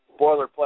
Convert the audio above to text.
boilerplate